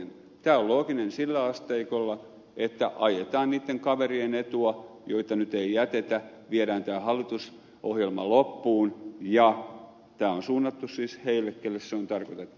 tämä on looginen sillä asteikolla että ajetaan niitten kaverien etua joita nyt ei jätetä viedään tämä hallitusohjelma loppuun ja tämä on suunnattu siis heille joille se on tarkoitettu